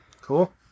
Cool